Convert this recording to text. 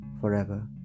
forever